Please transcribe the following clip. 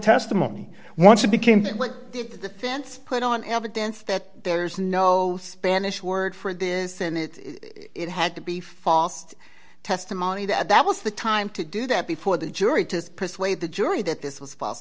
testimony once it became what the fence put on evidence that there's no spanish word for it isn't it it had to be false testimony that that was the time to do that before the jury to persuade the jury that this was false